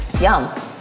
Yum